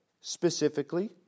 specifically